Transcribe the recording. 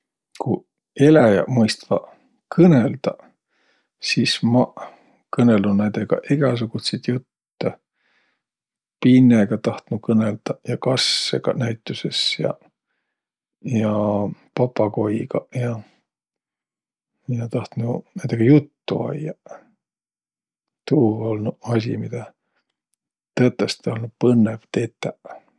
Ku eläjäq mõistvaq kõnõldaq, sis maq kõnõlnuq näidega egäsugutsit juttõ. Pinnega tahtnuq kõnõldaq ja kassõga näütüses ja, ja papagoigaq ja. Ja tahtnuq näidega juttu ajjaq. Tuu olnuq asi, midä olnuq tõtõstõ põnnõv tetäq.